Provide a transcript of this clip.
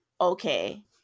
okay